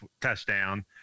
touchdown